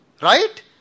right